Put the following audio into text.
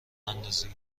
اندازی